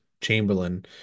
Chamberlain